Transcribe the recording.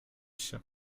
się